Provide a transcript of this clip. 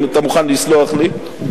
אם אתה מוכן לסלוח לי.